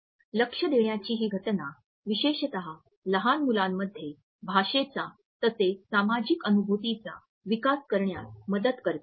लक्ष देण्याची ही घटना विशेषत लहान मुलांमध्ये भाषेचा तसेच सामाजिक अनुभूतीचा विकास करण्यास मदत करते